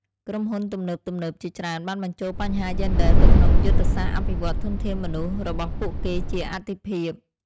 ក្រុមហ៊ុនទំនើបៗជាច្រើនបានបញ្ចូលបញ្ហាយេនឌ័រទៅក្នុងយុទ្ធសាស្ត្រអភិវឌ្ឍន៍ធនធានមនុស្សរបស់ពួកគេជាអាទិភាព។